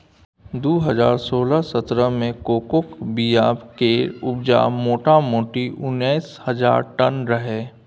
दु हजार सोलह सतरह मे कोकोक बीया केर उपजा मोटामोटी उन्नैस हजार टन रहय